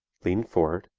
lean forward,